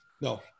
No